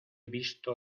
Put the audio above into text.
visto